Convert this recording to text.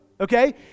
okay